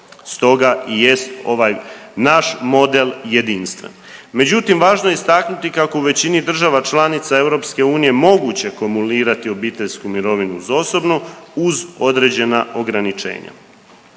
Stoga i jest ovaj naš model jedinstven. Međutim, važno je istaknuti kako u većini država članica EU moguće kumulirati obiteljsku mirovinu uz osobnu uz određena ograničenja.